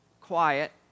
quiet